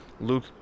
Luke